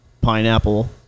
pineapple